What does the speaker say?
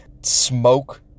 smoke